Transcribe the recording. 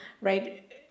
right